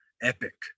epic